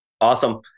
Awesome